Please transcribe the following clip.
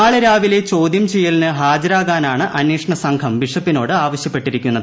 നാളെ രാവിലെ ചോദ്യം ചെയ്യലിന് ഹാജരാകാനാണ് അന്വേഷണ സംഘം ബിഷപ്പിനോട് ആവശ്യപ്പെട്ടിരിക്കുന്നത്